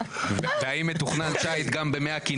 והאם מתוכנן שייט גם במי הכנרת.